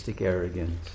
arrogance